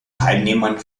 teilnehmern